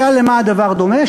משל למה הדבר דומה?